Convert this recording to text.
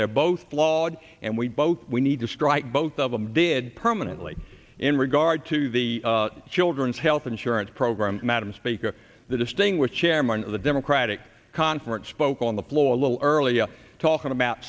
they're both flawed and we both we need to strike both of them did permanently in regard to the children's health insurance program madam speaker the distinguished chairman of the democratic conference spoke on the floor a little earlier talking a